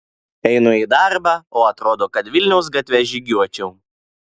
einu į darbą o atrodo kad vilniaus gatve žygiuočiau